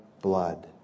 blood